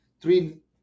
three